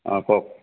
অ' কওক